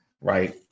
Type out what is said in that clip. Right